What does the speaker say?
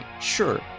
sure